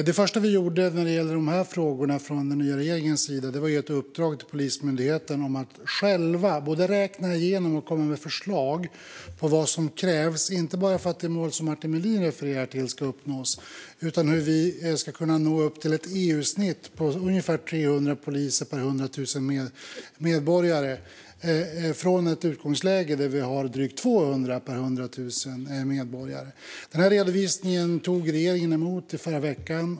Det första den nya regeringen gjorde när det gäller dessa frågor var att ge Polismyndigheten i uppdrag att själv räkna igenom och komma med förslag på vad som krävs - inte bara för att det mål som Martin Melin refererade till ska uppnås utan även för att vi ska kunna nå upp till EU-snittet på ungefär 300 poliser per 100 000 medborgare från ett utgångsläge där vi har drygt 200 poliser per 100 000 medborgare. Regeringen tog emot denna redovisning i förra veckan.